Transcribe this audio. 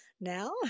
now